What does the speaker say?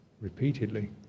repeatedly